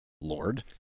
lord